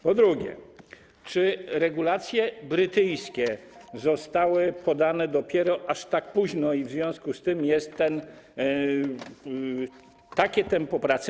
Po drugie, czy regulacje brytyjskie zostały podane dopiero tak późno i w związku z tym jest nadane takie tempo pracy?